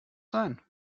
sein